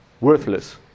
worthless